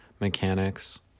mechanics